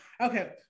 Okay